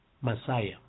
Messiah